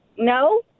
No